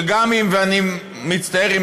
ואני מצטער,